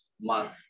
month